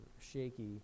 shaky